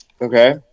Okay